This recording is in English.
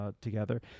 together